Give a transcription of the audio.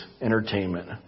entertainment